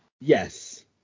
Yes